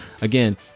Again